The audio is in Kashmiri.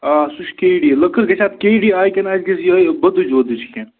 آ سُہ چھِ کے ڈی لٔکٕر گژھِ اَتھ کے ڈی آیہِ کِنہٕ اَسہِ گژھِ یِہَے بُدٕج وُدٕج کیٚنٛہہ